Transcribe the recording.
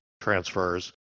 transfers